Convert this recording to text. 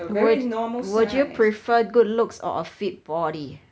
would would you prefer good looks or a fit body